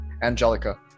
Angelica